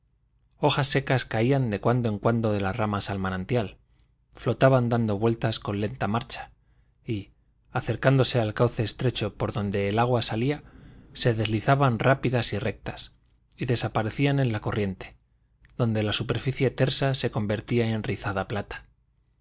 hojas secas caían de cuando en cuando de las ramas al manantial flotaban dando vueltas con lenta marcha y acercándose al cauce estrecho por donde el agua salía se deslizaban rápidas rectas y desaparecían en la corriente donde la superficie tersa se convertía en rizada plata